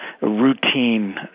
Routine